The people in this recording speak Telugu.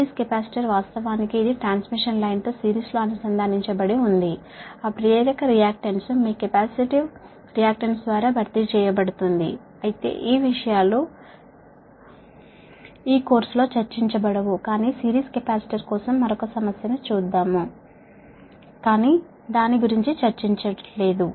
సిరీస్ కెపాసిటర్ నిజానికి ఇది ట్రాన్స్మిషన్ లైన్ తో సిరీస్లో అనుసంధానించబడి ఉంది ఆ ఇండక్టివ్ రియాక్టన్స్ మీ కెపాసిటివ్ రియాక్టన్స్ ద్వారా భర్తీ చేయబడుతుంది అయితే ఈ విషయాలు ఈ కోర్సులో చర్చించబడవు కాని సిరీస్ కెపాసిటర్ కోసం మరొక సమస్యను చూద్దాం కానీ మేము దాని గురించి చర్చించము